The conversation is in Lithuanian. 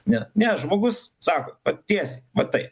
ne ne žmogus sako va tiesiai va taip